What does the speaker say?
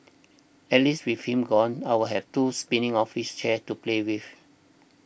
at least with him gone I'll have two spinning office chairs to play with